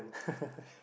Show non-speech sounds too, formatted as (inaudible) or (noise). (laughs)